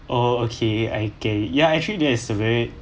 oh okay I get it ya actually there is a very